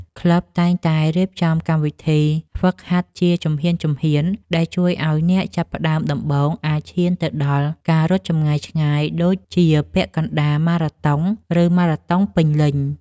ក្លឹបតែងតែរៀបចំកម្មវិធីហ្វឹកហាត់ជាជំហានៗ ដែលជួយឱ្យអ្នកចាប់ផ្ដើមដំបូងអាចឈានទៅដល់ការរត់ចម្ងាយឆ្ងាយដូចជាពាក់កណ្ដាលម៉ារ៉ាតុង ឬម៉ារ៉ាតុងពេញលេញ។